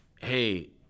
hey